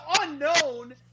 unknown